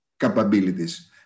capabilities